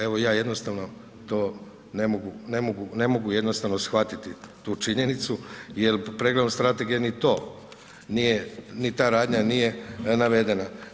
Evo ja jednostavno to ne mogu, ne mogu jednostavno shvatiti tu činjenicu jer pregledom strategije ni to nije, ni ta radnja nije navedena.